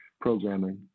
programming